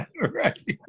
right